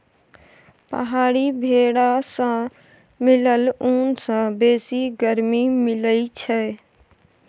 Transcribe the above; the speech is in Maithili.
पहाड़ी भेरा सँ मिलल ऊन सँ बेसी गरमी मिलई छै